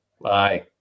Bye